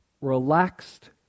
Relaxed